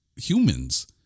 humans